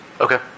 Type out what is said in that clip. Okay